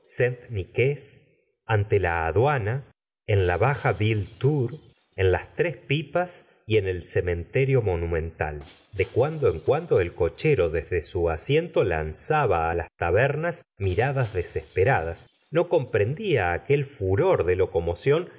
ante la aduana en la baja vienetour en las tres pipas y en el cementerio monumental de cuando en cuando el cochero desde su asiento lanzaba á las tabernas miradas desesperadas no comprendía aquel furor de locomoción